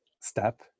step